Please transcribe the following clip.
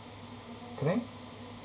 correct